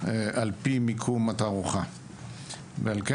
על פי מיקום התערוכה ועל כן,